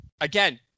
again